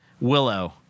Willow